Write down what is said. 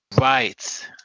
Right